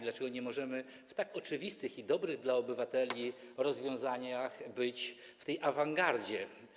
Dlaczego nie możemy w tak oczywistych i dobrych dla obywateli rozwiązaniach być w awangardzie?